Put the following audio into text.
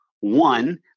One